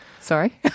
Sorry